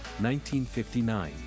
1959